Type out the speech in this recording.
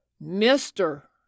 Mister